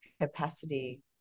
capacity